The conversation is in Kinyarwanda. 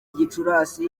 gicurasi